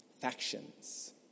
factions